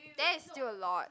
there is still a lot